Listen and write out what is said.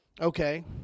Okay